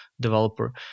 developer